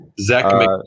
Zach